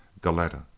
Galetta